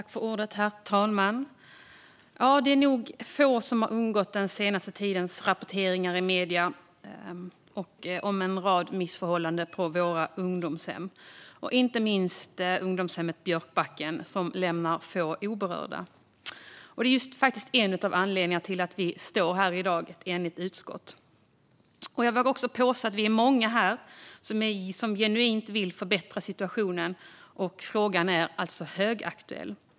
Herr talman! Det är nog få som har undgått den senaste tidens rapporteringar i medier om en rad missförhållanden på våra ungdomshem, inte minst ungdomshemmet Björkbacken, och få som lämnas oberörda. Det är en av anledningarna till att vi står här i dag som ett enigt utskott. Jag vågar också påstå att vi är många här som genuint vill förbättra situationen. Frågan är alltså högaktuell.